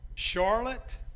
Charlotte